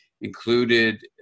included